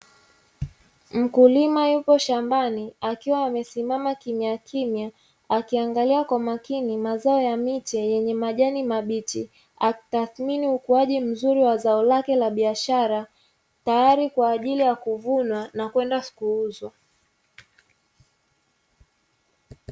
Mkulima yupo shambani akiwa amesimama kimya kimya akiangalia kwa makini mazao ya miche yenye majani mabichi, akitathimini ukuaji mzuri wa zao lake la biashara tayari kwa ajili ya kuvunwa na kwenda kuuzwa.